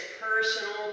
personal